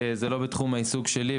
זה לא בתחום העיסוק שלי,